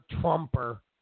Trumper